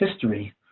history